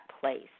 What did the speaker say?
place